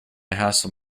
hassle